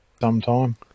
sometime